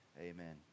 Amen